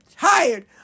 tired